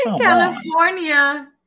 California